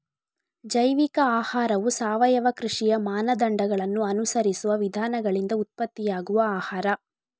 ಜೈವಿಕ ಆಹಾರವು ಸಾವಯವ ಕೃಷಿಯ ಮಾನದಂಡಗಳನ್ನ ಅನುಸರಿಸುವ ವಿಧಾನಗಳಿಂದ ಉತ್ಪತ್ತಿಯಾಗುವ ಆಹಾರ